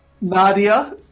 Nadia